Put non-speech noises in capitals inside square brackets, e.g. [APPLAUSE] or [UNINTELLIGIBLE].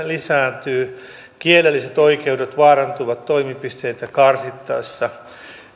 [UNINTELLIGIBLE] lisääntyy kielelliset oikeudet vaarantuvat toimipisteitä karsittaessa